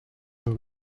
and